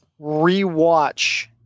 rewatch